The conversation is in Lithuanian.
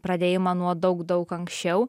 pradėjimą nuo daug daug anksčiau